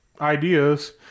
ideas